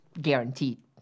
guaranteed